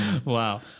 Wow